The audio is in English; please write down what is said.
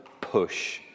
push